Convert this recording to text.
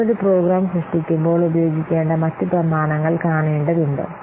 ഇപ്പോൾ ഒരു പ്രോഗ്രാം സൃഷ്ടിക്കുമ്പോൾ ഉപയോഗിക്കേണ്ട മറ്റ് പ്രമാണങ്ങൾ കാണേണ്ടതുണ്ട്